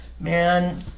man